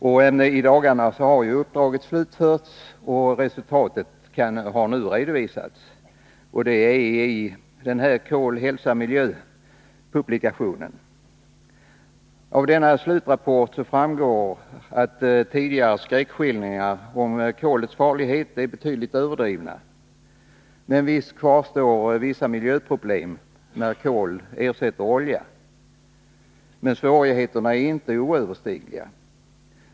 Uppdraget har slutförts i dagarna, och resultatet har redovisats i den publikation som benämns Kol-Hälsa-Miljö. Av denna slutrapport framgår att tidigare skräckskildringar om kolets farlighet är betydligt överdrivna. Visst kvarstår vissa miljöproblem när kol ersätter olja, men svårigheterna är inte oöverstigliga.